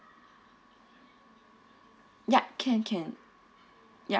yup can can yup